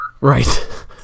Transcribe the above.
Right